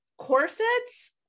Corsets